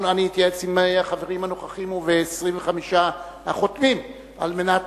אני אתייעץ עם החברים הנוכחים ועם 25 החותמים על מנת